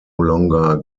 longer